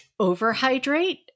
overhydrate